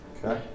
Okay